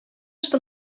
что